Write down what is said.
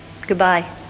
Goodbye